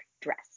dress